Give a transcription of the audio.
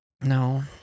No